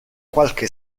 qualche